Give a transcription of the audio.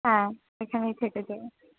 হ্যাঁ এইখানেই থেকে যাবে